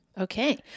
Okay